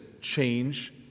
change